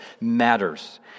matters